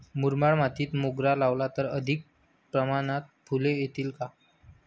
मुरमाड मातीत मोगरा लावला तर अधिक प्रमाणात फूले येतील का?